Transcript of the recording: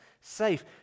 safe